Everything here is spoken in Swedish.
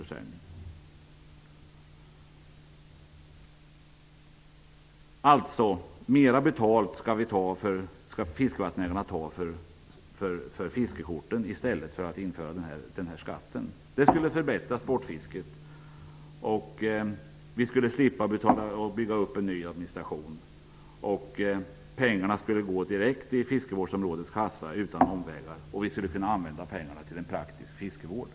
I stället för att införa denna skatt skall man alltså låta fiskevattenägarna ta mer betalt för fiskekorten. Det skulle förbättra sportfisket, och vi skulle slippa bygga upp en ny administration. Pengarna skulle utan omvägar gå till fiskevårdsområdets kassa, och vi skulle kunna använda pengarna till en praktisk fiskevård.